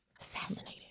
Fascinating